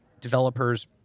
developers